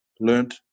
learned